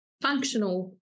functional